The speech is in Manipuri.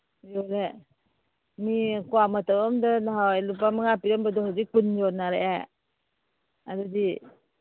ꯃꯤ ꯀ꯭ꯋꯥ ꯃꯇꯞ ꯑꯃꯗ ꯅꯍꯥꯟꯋꯥꯏ ꯂꯨꯄꯥ ꯃꯉꯥ ꯄꯤꯔꯝꯕꯗꯨ ꯍꯧꯖꯤꯛ ꯀꯨꯟ ꯌꯣꯟꯅꯔꯛꯑꯦ ꯑꯗꯨꯗꯤ